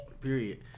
Period